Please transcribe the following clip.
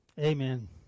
Amen